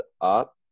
up